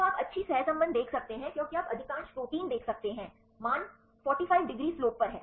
तो आप अच्छी सहसंबंध देख सकते हैं क्योंकि आप अधिकांश प्रोटीन देख सकते हैं मान 45 डिग्री स्लोप पर हैं